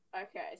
Okay